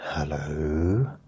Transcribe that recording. Hello